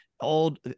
old